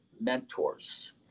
mentors